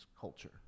culture